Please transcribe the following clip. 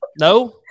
no